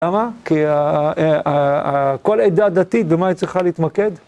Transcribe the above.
למה? כי כל עדה דתית במה היא צריכה להתמקד?